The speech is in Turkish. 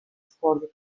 sporcu